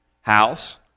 house